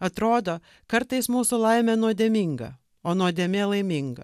atrodo kartais mūsų laimė nuodėminga o nuodėmė laiminga